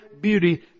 beauty